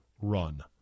run